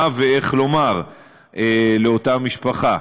מה ואיך לומר לאותה משפחה,